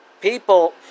people